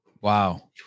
Wow